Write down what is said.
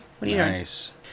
Nice